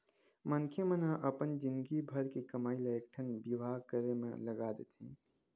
मनखे मन ह अपन जिनगी भर के कमई ल एकठन बिहाव करे म लगा देथे